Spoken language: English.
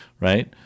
right